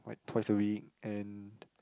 like twice a week and